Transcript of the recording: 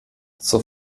zur